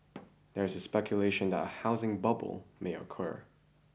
there is speculation that a housing bubble may occur